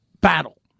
battle